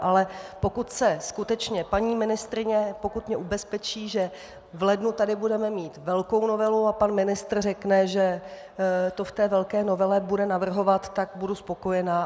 Ale pokud mě skutečně paní ministryně ubezpečí, že v lednu tady budeme mít velkou novelu, a pan ministr řekne, že to ve velké novele bude navrhovat, tak budu spokojená.